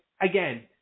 again